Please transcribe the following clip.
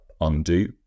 undo